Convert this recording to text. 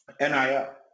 NIL